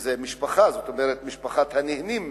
שזה משפחה, זאת אומרת משפחת הנהנים מזה.